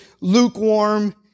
lukewarm